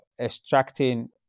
extracting